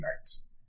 nights